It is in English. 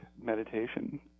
meditation